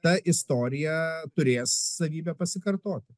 ta istorija turės savybę pasikartot